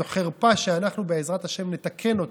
זאת חרפה שאנחנו, בעזרת השם, נתקן אותה,